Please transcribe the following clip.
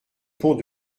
pont